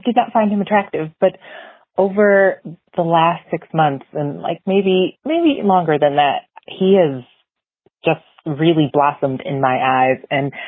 did not find him attractive. but over the last six months and like maybe longer than that, he is just really blossomed in my eyes. and